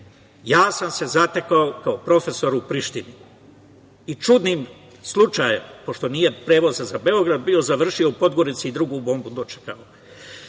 ja sam se zatekao kao profesor u Prištini i čudnim slučajem, pošto nije bilo prevoza za Beograd, završio sam u Podgorici i drugu bombu dočekao,